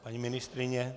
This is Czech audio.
Paní ministryně?